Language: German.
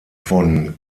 von